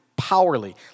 powerly